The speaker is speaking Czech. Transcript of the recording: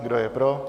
Kdo je pro?